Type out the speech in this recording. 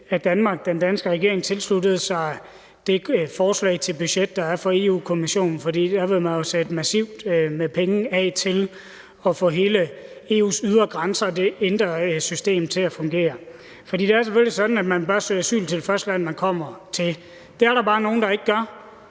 at Danmark og den danske regering tilsluttede sig det forslag til budget, der er fra Europa-Kommissionen. For der vil man jo sætte massivt med penge af til at få alle EU's ydre grænser og det indre system til at fungere. For det er selvfølgelig sådan, at man bør søge asyl i det første land, man kommer til. Det er der bare nogle der ikke gør